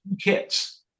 kits